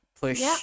push